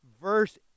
Verse